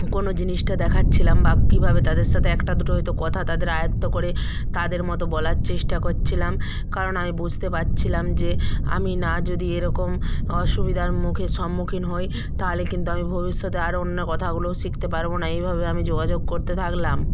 কোনো জিনিসটা দেখাচ্ছিলাম বা কীভাবে তাদের সাথে একটা দুটো হয়তো কথা তাদের আয়ত্ত করে তাদের মতো বলার চেষ্টা করছিলাম কারণ আমি বুঝতে পারছিলাম যে আমি না যদি এরকম অসুবিধার মুখে সম্মুখীন হই তাহলে কিন্তু ভবিষ্যতে আরো অন্য কথাগুলোও শিখতে পারবো না এইভাবে আমি যোগাযোগ করতে থাকলাম